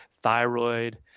thyroid